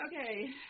Okay